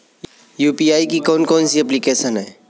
UPI की कौन कौन सी एप्लिकेशन हैं?